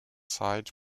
side